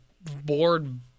board